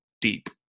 deep